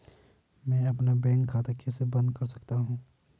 मैं अपना बैंक खाता कैसे बंद कर सकता हूँ?